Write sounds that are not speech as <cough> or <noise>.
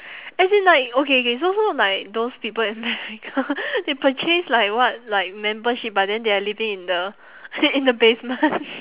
as in like okay K so so like those people in <laughs> america they purchase like what like membership but then they are living in the <laughs> in the basement <laughs>